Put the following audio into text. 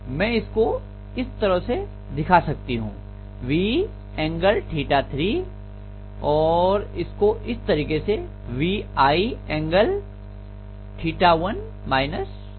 मैं इसको इस तरह से दिखा सकती हूं V3 और इसको इस तरीके से VI∠